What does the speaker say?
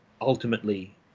ultimately